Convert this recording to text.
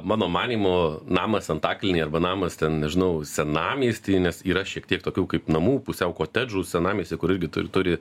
mano manymu namas antakalnyje arba namas ten nežinau senamiesty nes yra šiek tiek tokių kaip namų pusiau kotedžų senamiesty kur irgi turi turi